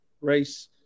race